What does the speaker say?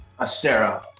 Astero